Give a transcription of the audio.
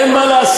אין מה לעשות,